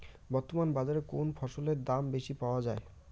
বর্তমান বাজারে কোন ফসলের দাম বেশি পাওয়া য়ায়?